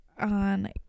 on